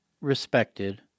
Respected